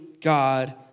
God